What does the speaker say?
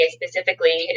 specifically